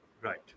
Right